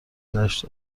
دشت